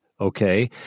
Okay